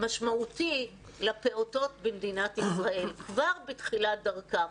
משמעותי לפעוטות במדינת ישראל כבר בתחילת דרכם.